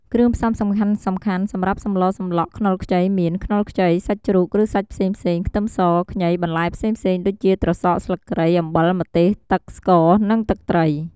គ្រឿងផ្សំសំខាន់ៗសម្រាប់សម្លសម្លក់ខ្នុរខ្ចីមាន ខ្នុរខ្ចី សាច់ជ្រូក ឬសាច់ផ្សេងៗ ខ្ទឹមស ខ្ញី បន្លែផ្សេងៗ ដូចជា ត្រសក់ ស្លឹកគ្រៃ អំបិល ម្ទេស ទឹក ស្ករ និងទឹកត្រី។